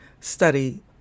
study